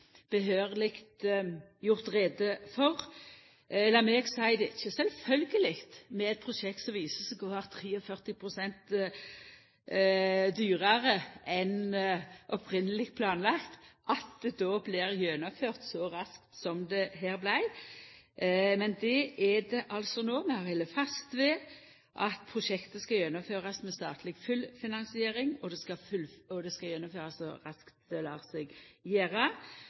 grundig gjort greie for. Det er ikkje sjølvsagt at eit prosjekt som viser seg å vera 43 pst. dyrare enn opphavleg planlagt, blir gjennomført så raskt som det vil verta her, men det blir det altså. Vi har halde fast på at prosjektet skal gjennomførast med statleg fullfinansiering og så raskt det lèt seg gjera.